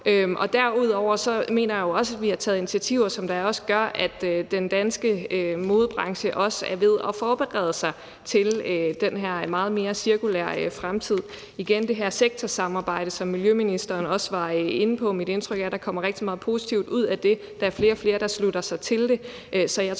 Og derudover mener jeg jo også, at vi har taget initiativer, som gør, at den danske modebranche er ved at forberede sig til den her meget mere cirkulære fremtid. Igen i forhold til det her sektorsamarbejde, som miljøministeren også var inde på, er det mit indtryk, at der kommer rigtig meget positivt ud af det. Der er flere og flere, der slutter sig til det.